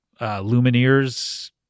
Lumineers